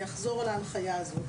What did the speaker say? אני אחזור על ההנחיה הזאת.